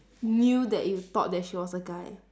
knew that you thought that she was a guy